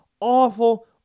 awful